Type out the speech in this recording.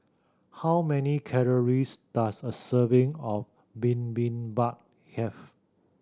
how many calories does a serving of Bibimbap have